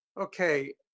Okay